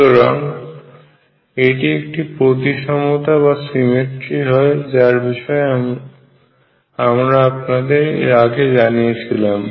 সুতরাং এটি একটি প্রতিসমতা হয় যার বিষয়ে আমরা আপনাদের এর আগে জানিয়েছিলাম